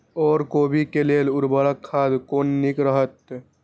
ओर कोबी के लेल उर्वरक खाद कोन नीक रहैत?